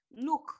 look